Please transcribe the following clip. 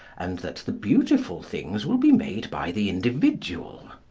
and that the beautiful things will be made by the individual.